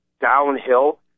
downhill